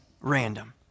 random